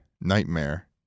Nightmare